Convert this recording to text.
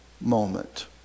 moment